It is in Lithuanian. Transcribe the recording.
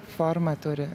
formą turi